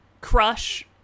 crush